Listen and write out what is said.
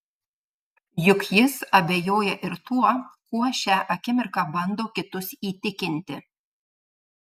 juk jis abejoja ir tuo kuo šią akimirką bando kitus įtikinti